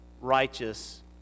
righteous